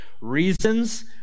reasons